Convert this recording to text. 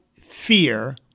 fear